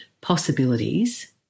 possibilities